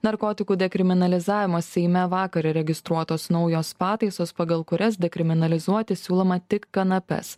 narkotikų dekriminalizavimo seime vakar registruotos naujos pataisos pagal kurias dekriminalizuoti siūloma tik kanapes